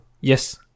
Yes